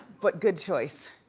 but good choice.